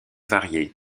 varié